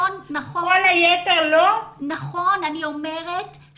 נכון, אני אומרת --- כל היתר לא?